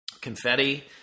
confetti